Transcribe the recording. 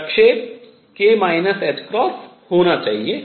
प्रक्षेप k ℏ होना चाहिए